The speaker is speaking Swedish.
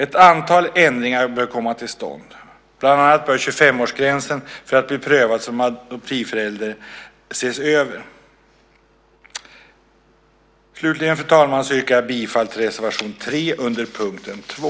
Ett antal ändringar bör komma till stånd, bland annat bör 25-årsgränsen för att bli prövad som adoptivförälder ses över. Fru talman! Jag yrkar bifall till reservation 3 under punkten 2.